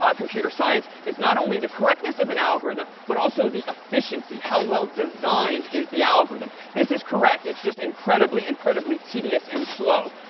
ah computer science, is not only the correctness of an algorithm, but also the efficiency. how well designed is the algorithm? this is correct. it's just incredibly, incredibly tedious and slow.